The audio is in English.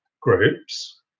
groups